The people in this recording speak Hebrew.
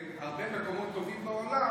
בהרבה מקומות טובים בעולם